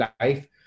life